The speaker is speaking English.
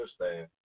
understand